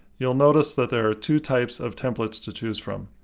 you'll notice that there are two types of templates to choose from.